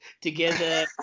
together